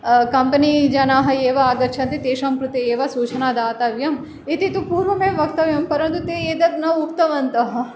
company जनाः एव आगच्छन्ति तेषां कृते एव सूचना दातव्यम् इति तु पूर्वमेव वक्तव्यं परन्तु ते एतद् न उक्तवन्तः